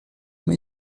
uma